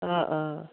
অঁ অঁ